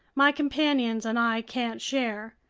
my companions and i can't share.